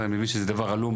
אני מבין שזה דבר עלום,